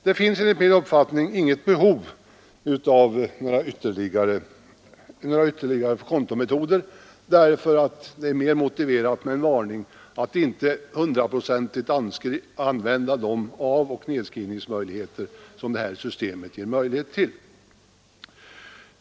Det finns enligt min uppfattning inget behov av några ytterligare kontometoder; det är mera motiverat med en varning att inte hundraprocentigt använda de avoch nedskrivningsmöjligheter som det nya systemet ger.